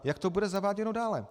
Jak to bude zaváděno dále?